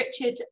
Richard